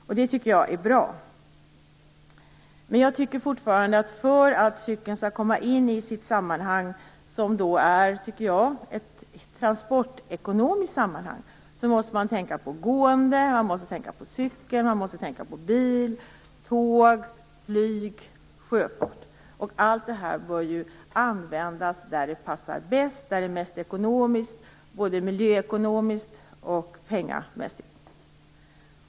Jag tycker att detta är bra, men jag menar fortfarande att man för att cykeln skall komma in i sitt sammanhang - som enligt min uppfattning är transportekonomiskt - också måste tänka på de gående liksom på bil, tåg, flyg och sjöfart. Alla dessa trafikmedel bör användas där de passar bäst och är mest ekonomiska, både miljömässigt och pengamässigt.